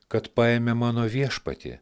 kad paėmė mano viešpatį